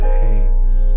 hates